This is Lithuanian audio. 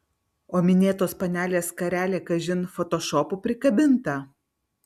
o minėtos panelės skarelė kažin fotošopu prikabinta